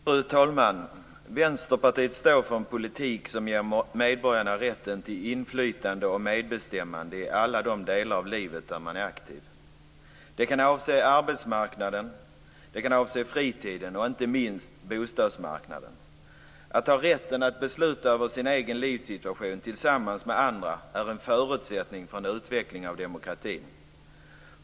Fru talman! Vänsterpartiet står för en politik som ger medborgarna rätten till inflytande och medbestämmande i alla de delar av livet då man är aktiv. Det kan avse arbetsmarknaden, fritiden och inte minst bostadsmarknaden. Att ha rätten att besluta över sin egen livssituation tillsammans med andra är en förutsättning för en utveckling av demokratin.